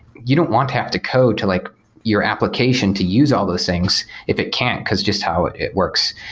you don't want to have to code to like your application to use all those things if it can't, because just how it it works.